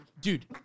Dude